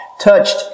touched